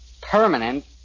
permanent